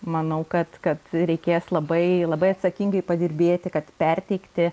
manau kad kad reikės labai labai atsakingai padirbėti kad perteikti